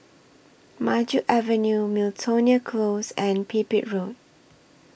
Maju Avenue Miltonia Close and Pipit Road